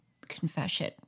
confession